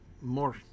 more